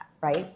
right